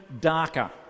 darker